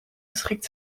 geschikt